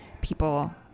people